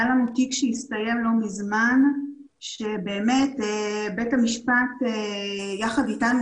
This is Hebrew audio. היה לנו תיק שהסתיים לא מזמן ובית המשפט יחד אתנו,